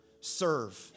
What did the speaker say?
serve